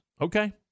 Okay